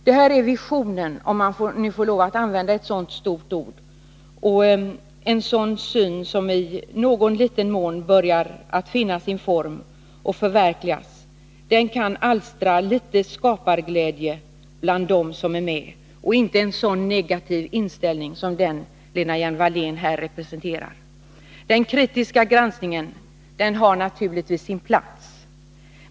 Det här är visionen, om man får lov att använda ett så stort ord, som i någon liten mån börjar förverkligas. Den kan alstra litet skaparglädje bland dem som är med och inte en sådan negativ inställning som den Lena Hjelm-Wallén här representerar. Den kritiska granskningen har naturligtvis sin plats.